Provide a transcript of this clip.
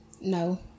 No